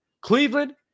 Cleveland